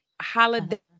holiday